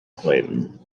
clayton